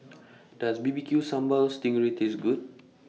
Does B B Q Sambal Sting Ray Taste Good